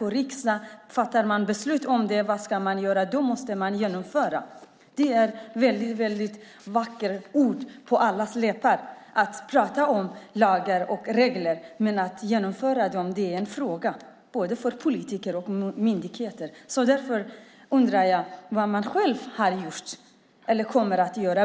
i riksdagen och fattar beslut om vad man ska göra måste man genomföra det. Det är vackra ord på allas läppar när de pratar om lagar och regler. Men att se till att de genomförs är en fråga både för politiker och för myndigheter. Därför undrar jag vad man själv har gjort eller kommer att göra.